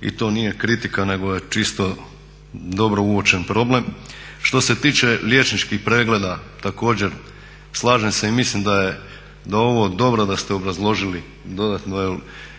i to nije kritika nego je čisto dobro uočen problem. Što se tiče liječničkih pregleda također, slažem se i mislim da je ovo dobro da ste obrazložili dodatno jer sudeći po